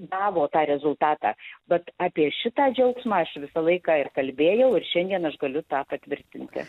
gavo tą rezultatą vat apie šitą džiaugsmą aš visą laiką ir kalbėjau ir šiandien aš galiu tą patvirtinti